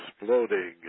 exploding